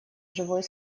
живой